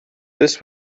this